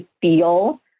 feel